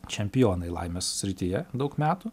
čempionai laimės srityje daug metų